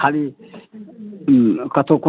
खाली कतहुँ